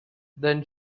then